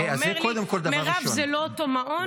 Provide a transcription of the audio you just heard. אתה אומר לי: מירב, זה לא אותו המעון.